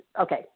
Okay